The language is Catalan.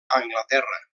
anglaterra